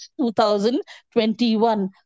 2021